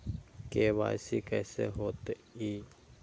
KYC कैसे होतई?